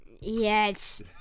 Yes